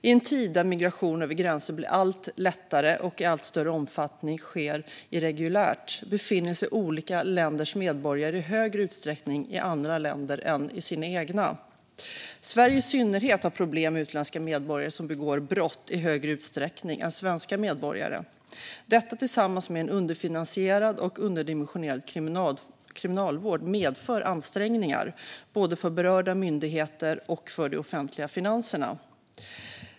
I en tid där migration över gränser blir allt lättare och i allt större omfattning sker irreguljärt befinner sig olika länders medborgare i högre utsträckning i andra länder än i sina egna. Sverige i synnerhet har problem med utländska medborgare som begår brott i högre utsträckning än svenska medborgare. Detta tillsammans med en underfinansierad och underdimensionerad kriminalvård medför ansträngningar både för berörda myndigheter och för de offentliga finanserna.